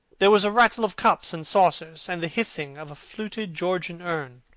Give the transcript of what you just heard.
there was a rattle of cups and saucers and the hissing of a fluted georgian urn.